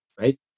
right